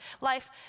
life